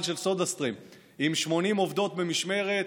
של סודהסטרים עם 80 עובדות במשמרת,